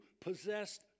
possessed